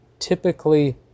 Typically